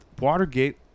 Watergate